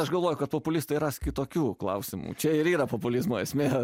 aš galvoju kad populistai ras kitokių klausimų čia ir yra populizmo esmė